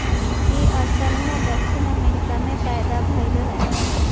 इ असल में दक्षिण अमेरिका में पैदा भइल रहे